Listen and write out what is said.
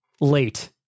late